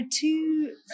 two